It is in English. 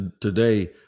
today